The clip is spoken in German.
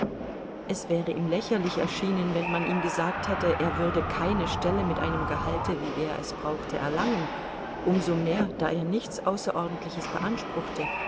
es wäre ihm lächerlich erschienen wenn man ihm gesagt hätte er würde keine stelle mit einem gehalte wie er es brauchte erlangen um so mehr da er nichts außerordentliches beanspruchte